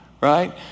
right